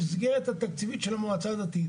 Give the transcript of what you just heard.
כמו בסעיף (2).